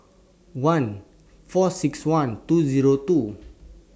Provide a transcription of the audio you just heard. one four six one two Zero two